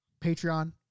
Patreon